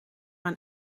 een